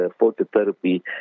phototherapy